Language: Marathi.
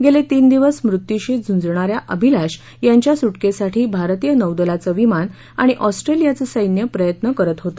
गेले तीन दिवस मृत्यूशी झंजणा या अभिलाष यांच्या सुटकेसाठी भारतीय नौदलाच विमान आणि ऑस्टेलियाचं सैन्य प्रयत्न करत होते